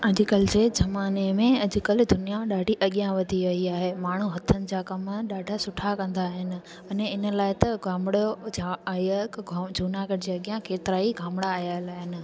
अॼुकल्ह जे ज़माने में अॼुकल्ह दुनिया ॾाढी अॻियां वधी वेई आहे माण्हू हथनि जा कमु ॾाढा सुठा कंदा आहिनि अने हिन लाइ त गामणे जा आयल गांव जूनागढ़ जे अॻियां केतिरा ई गामणा आयल आहिनि